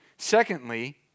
Secondly